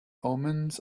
omens